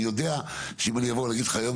אני יודע שאם אני אבוא ואגיד לך היום,